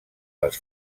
les